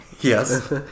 Yes